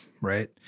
right